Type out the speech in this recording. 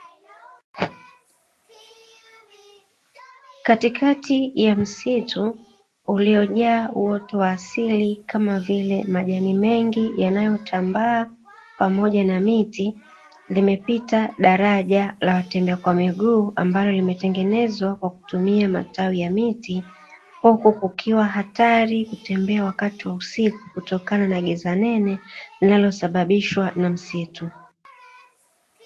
Kati kati ya msitu uilo jaa uwoto wa asili kama vile majani mengi Ilio tambaa pamoja na miti limepita daraja kwa kutembea kwa miguu ambayo imetengenezwa kwa kutumia matawi ya miti. Huku kukiwa barato kutembea wakati wa usiku kutokana na giza nene linalo sababishwa na msitu.